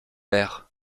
l’air